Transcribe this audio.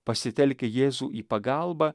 pasitelkę jėzų į pagalbą